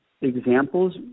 examples